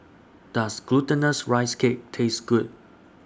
Does Glutinous Rice Cake Taste Good